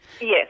Yes